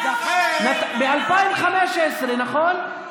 נתניהו, אז לכן, ב-2015, נכון?